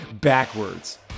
backwards